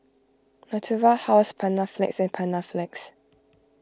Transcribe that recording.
Natura House Panaflex and Panaflex